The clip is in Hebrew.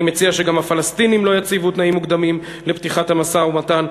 אני מציע שגם הפלסטינים לא יציבו תנאים מוקדמים לפתיחת המשא-ומתן.